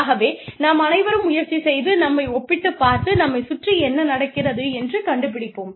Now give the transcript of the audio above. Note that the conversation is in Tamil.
ஆகவே நாம் அனைவரும் முயற்சி செய்து நம்மை ஒப்பிட்டுப் பார்த்து நம்மைச் சுற்றி என்ன நடக்கிறது என்று கண்டுபிடிப்போம்